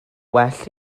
well